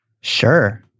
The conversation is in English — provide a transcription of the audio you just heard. Sure